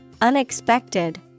unexpected